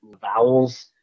vowels